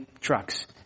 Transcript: trucks